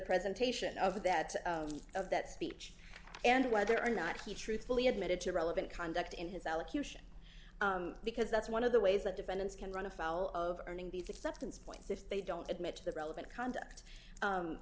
presentation of that of that speech and whether or not he truthfully admitted to relevant conduct in his elocution because that's one of the ways that defendants can run afoul of earning these acceptance points if they don't admit to the relevant conduct